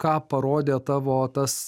ką parodė tavo tas